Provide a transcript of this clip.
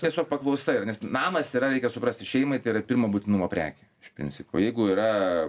tiesiog paklausa yra nes namas yra reikia suprasti šeimai tai yra pirmo būtinumo prekė iš principo jeigu yra